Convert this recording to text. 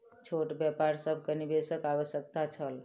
छोट व्यापार सभ के निवेशक आवश्यकता छल